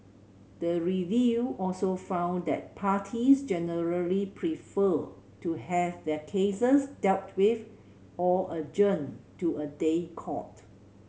the review also found that parties generally preferred to have their cases dealt with or to a day court